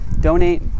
donate